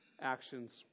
actions